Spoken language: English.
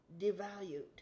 devalued